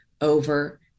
over